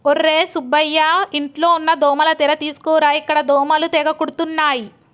ఒర్రే సుబ్బయ్య ఇంట్లో ఉన్న దోమల తెర తీసుకురా ఇక్కడ దోమలు తెగ కుడుతున్నాయి